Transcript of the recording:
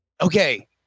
Okay